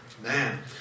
man